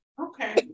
Okay